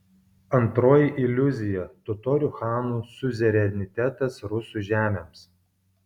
antroji iliuzija totorių chanų siuzerenitetas rusų žemėms